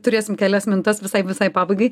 turėsim kelias minutes visai visai pabaigai